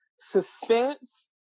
suspense